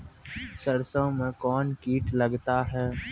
सरसों मे कौन कीट लगता हैं?